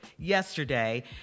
Yesterday